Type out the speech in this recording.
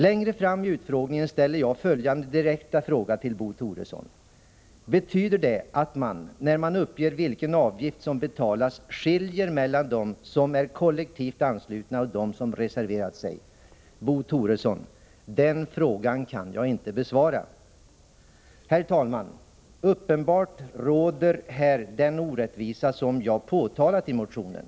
Längre fram i utfrågningen ställde jag följande direkta fråga till Bo Toresson: ”Betyder det att man när man uppger vilken avgift som betalas skiljer mellan dem som är kollektivt anslutna och dem som reserverat sig?” Bo Toresson genmälde: ”Den frågan kan jag inte besvara.” Herr talman! Uppenbart råder här den orättvisa som jag påtalat i motionen.